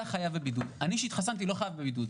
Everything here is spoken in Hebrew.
אתה חייב בבידוד ומי שהתחסן לא חייב בבידוד.